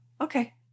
Okay